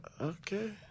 Okay